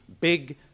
big